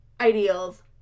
ideals